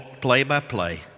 play-by-play